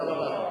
תודה רבה.